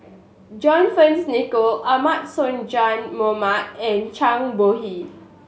John Fearns Nicoll Ahmad Sonhadji Mohamad and Chang Bohe